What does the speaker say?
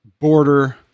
border